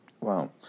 Wow